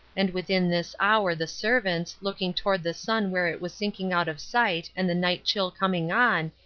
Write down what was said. and within this hour the servants, looking toward the sun where it was sinking out of sight and the night chill coming on,